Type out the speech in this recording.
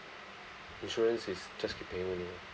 insurance is just keep paying only